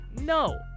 No